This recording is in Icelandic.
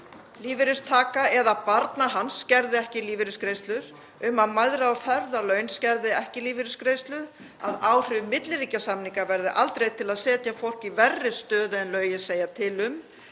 lífeyristaka eða barna hans skerði ekki lífeyrisgreiðslur, um að mæðra- og feðralaun skerði ekki lífeyrisgreiðslur, að áhrif milliríkjasamninga verði aldrei til að setja fólk í verri stöðu en lögin segja til um,